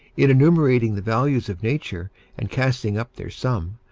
in enumerating the values of nature and casting up their sum,